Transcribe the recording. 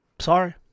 Sorry